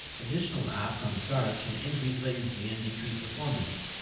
additional apps on startup can increase latency and decrease performance.